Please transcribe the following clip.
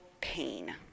pain